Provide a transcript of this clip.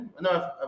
no